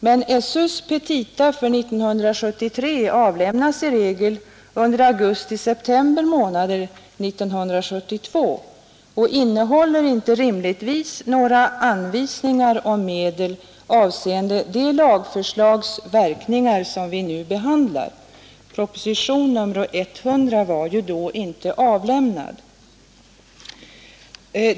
Men skolöverstyrelsens petita för 1973 avlämnades, enligt praxis, någon gång i augusti eller september i år och innehåller inte rimligtvis några anvisningar om medel avseende det lagförslags verkningar som vi nu behandlar. Propositionen 100 var ju då inte avlämnad.